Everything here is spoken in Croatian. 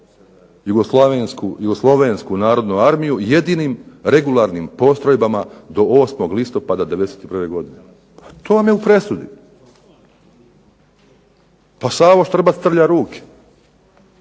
Jugoslavensku narodnu armiju jedinim regularnim postrojbama do 8. listopada 91. godine. To vam je u presudi. Pa Savo Štbac trlja ruke,